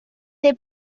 des